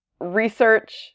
research